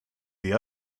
the